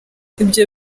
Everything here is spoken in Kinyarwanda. ibyo